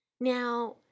Now